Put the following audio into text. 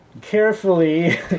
carefully